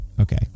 okay